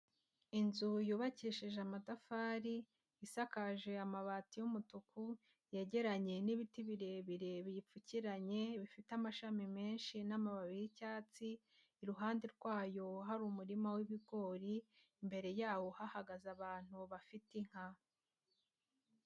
Inzu yubakishije amatafari, isakaje amabati y'umutuku, yegeranye n'ibiti birebire biyipfukiranye, bifite amashami menshi n'amababi y'icyatsi, iruhande rwayo hari umurima w'ibigori, imbere yawo hahagaze abantu bafite inka.